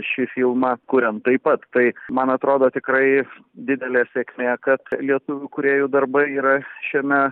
šį filmą kuriant taip pat tai man atrodo tikrai didelė sėkmė kad lietuvių kūrėjų darbai yra šiame